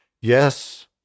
Yes